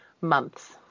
months